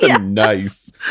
Nice